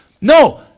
No